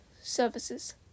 services